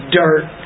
dirt